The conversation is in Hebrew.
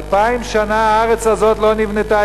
אלפיים שנה הארץ הזאת לא נבנתה.